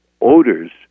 odors